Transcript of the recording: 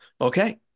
okay